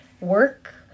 work